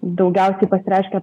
daugiausiai pasireiškia